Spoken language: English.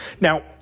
Now